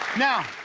now,